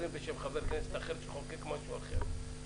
בשם חבר כנסת אחר שחוקק משהו אחר.